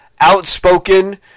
Outspoken